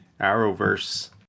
Arrowverse